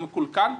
הוא מקולקל,